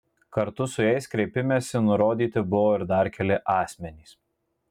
kartu su jais kreipimesi nurodyti buvo ir dar keli asmenys